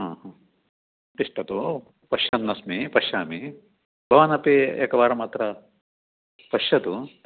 तिष्ठतु पश्यन्नस्मि पश्यामि भवानपि एकवारम् अत्र पश्यतु